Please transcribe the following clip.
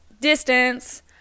distance